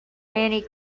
many